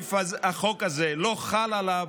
שסעיף החוק הזה לא חל עליהם,